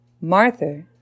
Martha